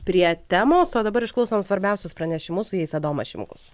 prie temos o dabar išklausom svarbiausius pranešimus su jais adomas šimkus